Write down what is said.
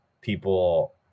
people